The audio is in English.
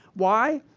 why?